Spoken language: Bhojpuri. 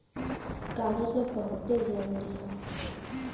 कागज अब बहुते जरुरी हौ